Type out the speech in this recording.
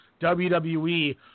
WWE